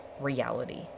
reality